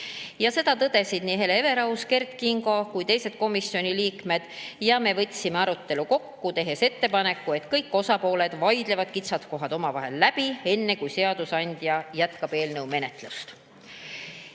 Seda tõdesid nii Hele Everaus, Kert Kingo kui ka teised komisjoni liikmed. Me võtsime arutelu kokku, tehes ettepaneku, et kõik osapooled vaidlevad kitsaskohad omavahel läbi, enne kui seadusandja jätkab eelnõu menetlust.